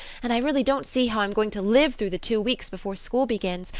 and i really don't see how i'm going to live through the two weeks before school begins.